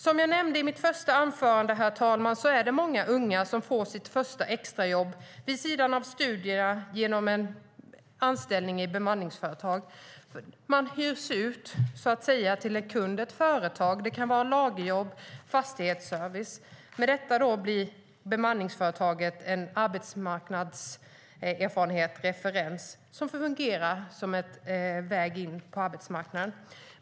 Som jag nämnde i mitt förta anförande är det många unga som får sitt första extrajobb vid sidan av studierna genom en anställning i bemanningsföretag. Man hyrs så att säga ut till en kund, ett företag. Det kan vara lagerjobb eller fastighetsservice. Med detta blir bemanningsföretaget en arbetsmarknadserfarenhet och en referens som fungerar som en väg in på arbetsmarknaden.